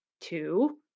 two